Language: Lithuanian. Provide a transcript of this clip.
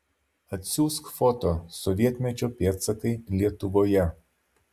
atsiųsk foto sovietmečio pėdsakai lietuvoje